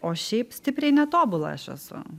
o šiaip stipriai netobula aš esu